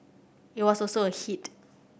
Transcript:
it was also a hit